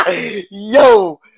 Yo